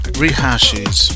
rehashes